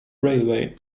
railway